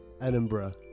edinburgh